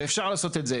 ואפשר לעשות את זה.